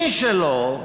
מי שלא,